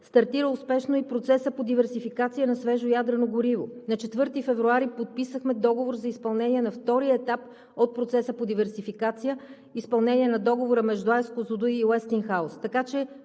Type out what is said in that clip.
Стартира успешно и процесът по диверсификация на свежо ядрено гориво. На 4 февруари подписахме договор за изпълнение на втория етап от процеса по диверсификация, изпълнение на договора между АЕЦ „Козлодуй“ и „Уестингхаус“.